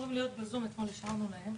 אמורים להיות בזום, אתמול אישרנו להם.